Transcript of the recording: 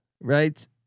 right